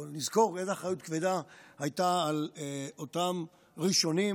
או שנזכור איזו אחריות כבדה הייתה על אותם ראשונים,